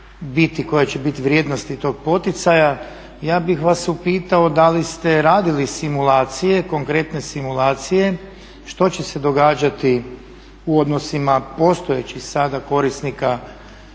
biti, koje će biti vrijednosti tog poticaja. Ja bih vas upitao da li ste radili simulacije, konkretne simulacije što će se događati u odnosima postojećih sada korisnika